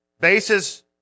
bases